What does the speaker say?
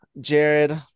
Jared